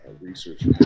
research